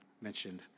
mentioned